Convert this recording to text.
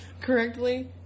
correctly